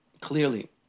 clearly